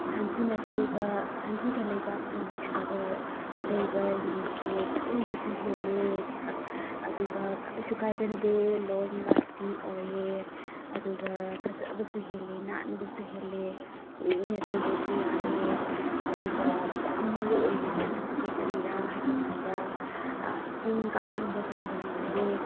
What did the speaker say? ꯁꯟꯊꯤꯅ ꯇꯩꯕ ꯁꯟꯊꯤꯒ ꯂꯩꯕꯥꯛꯀ ꯃꯤꯛꯁ ꯇꯧꯕ ꯇꯩꯕ ꯌꯨꯝꯁꯦ ꯀꯟꯕꯁꯨ ꯍꯦꯜꯂꯦ ꯑꯗꯨꯒ ꯀꯥꯏꯁꯨ ꯀꯥꯏꯒꯟꯗꯦ ꯂꯣꯡ ꯂꯥꯁꯇꯤꯡ ꯑꯣꯏꯑꯦ ꯑꯗꯨꯒ ꯐꯖꯕꯁꯨ ꯍꯦꯜꯂꯦ ꯅꯥꯟꯕꯁ ꯍꯦꯜꯂꯦ ꯀꯨꯏꯅ ꯇꯩꯗ꯭ꯔꯁꯨ ꯌꯥꯏꯑꯦ ꯑꯗꯨꯒ ꯌꯥꯝ ꯃꯔꯨ ꯑꯣꯏꯅ ꯀꯥꯟꯅꯕꯁꯦ ꯀꯔꯤꯔꯥ ꯍꯥꯏꯕ ꯀꯥꯟꯗ ꯇꯤꯟ ꯀꯥꯡꯒꯨꯝꯕ ꯆꯪꯕ ꯉꯝꯗꯦ